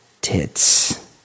tits